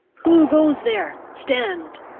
who goes there? stand!